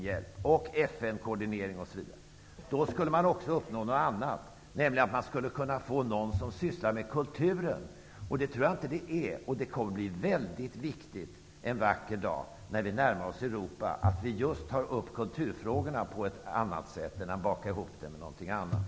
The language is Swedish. Därmed skulle man också uppnå något annat, nämligen att en person skulle kunna syssla med kulturen. Jag tror inte att det är så nu. Det kommer att bli mycket viktigt en vacker dag, när vi närmar oss Europa, att ta upp just kulturfrågorna på ett annat sätt än att baka ihop dem med någonting annat.